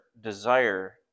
desire